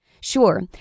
Sure